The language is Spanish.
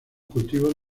cultivos